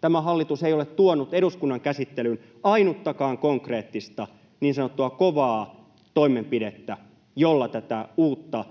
Tämä hallitus ei ole tuonut eduskunnan käsittelyyn ainuttakaan konkreettista, niin sanottua kovaa toimenpidettä, jolla tätä uutta